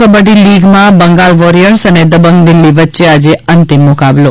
કબક્રી લીગમાં બંગાલ વોરિયર્સ અને દબંગ દિલ્હી વચ્ચે આજે અંતિમ મુકાબલો